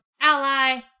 ally